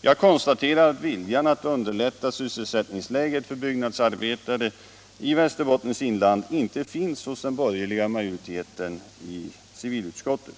Jag konstaterar att viljan att underlätta sysselsättningsläget för byggnadsarbetare i Västerbottens inland inte finns hos den borgerliga majoriteten i civilutskottet.